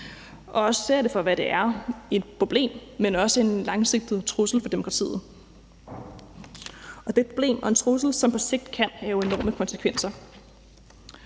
også ser det for, hvad det er, altså et problem, men også en langsigtet trussel for demokratiet. Og det er et problem og en trussel, som på sigt kan have enorme konsekvenser.